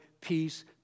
peace